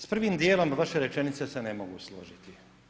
S prvim djelom vaše rečenice se ne mogu složiti.